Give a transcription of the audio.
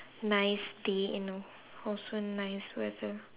nice day and al~ also nice weather